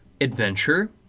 Adventure